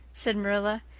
said marilla.